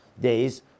days